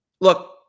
Look